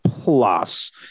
plus